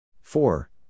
Four